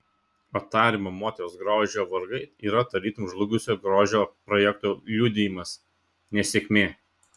o tariamo moters grožio vargai yra tarytum žlugusio grožio projekto liudijimas nesėkmė